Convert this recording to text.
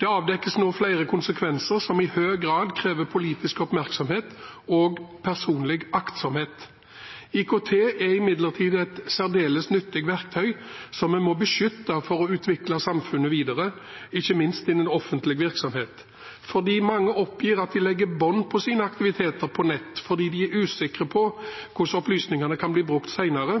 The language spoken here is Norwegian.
Det avdekkes nå flere konsekvenser som i høy grad krever politisk oppmerksomhet og personlig aktsomhet. IKT er imidlertid et særdeles nyttig verktøy, som vi må beskytte for å utvikle samfunnet videre, ikke minst innen offentlig virksomhet. Mange oppgir at de legger bånd på sine aktiviteter på nett fordi de er usikre på hvordan opplysningene kan bli brukt senere,